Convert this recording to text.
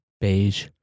Beige